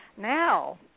Now